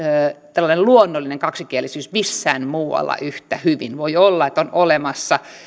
tällainen luonnollinen kaksikielisyys missään muualla yhtä hyvin voi olla että on olemassa